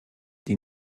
die